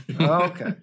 okay